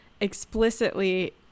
explicitly